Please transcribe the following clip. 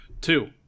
two